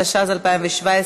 התשע"ז 2017,